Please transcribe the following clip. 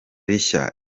rishya